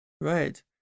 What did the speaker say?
Right